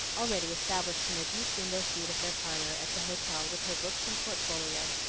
already established in a deep window-seat of their parlor at the hotel with her books and portfolio.